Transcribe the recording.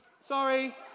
sorry